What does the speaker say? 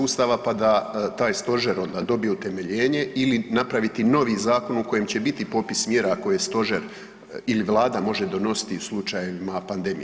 Ustava pa da taj stožer onda dobije utemeljenje ili napraviti novi zakon u kojem će biti popis mjera koje stožer ili Vlada može donositi u slučajevima pandemije?